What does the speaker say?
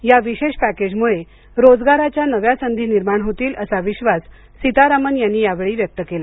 या विशेष पॅकेजमुळे रोजगाराच्या नव्या संधी निर्माण होतील असा विश्वास सीतारामन यांनी यावेळी व्यक्त केला